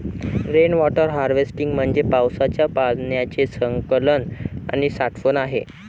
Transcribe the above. rain water harvesting म्हणजे पावसाच्या पाण्याचे संकलन आणि साठवण आहे